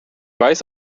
weiß